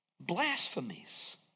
blasphemies